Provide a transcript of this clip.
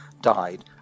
died